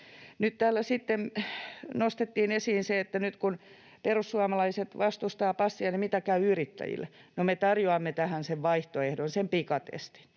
Nyt täällä sitten nostettiin esiin se, että nyt kun perussuomalaiset vastustavat passia, niin miten käy yrittäjille. No, me tarjoamme tähän vaihtoehdon, sen pikatestin.